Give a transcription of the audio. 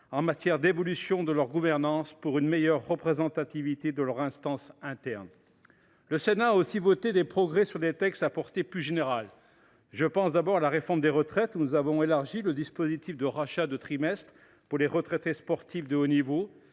dans l’évolution de leur gouvernance, pour assurer une meilleure représentativité de leurs instances internes. Le Sénat a également voté des progrès sur des textes à portée plus générale. Je pense d’abord à la réforme des retraites, par laquelle nous avons élargi le dispositif de rachat de trimestres pour les retraités sportifs de haut niveau.